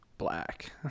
black